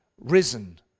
risen